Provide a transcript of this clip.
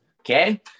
okay